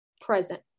present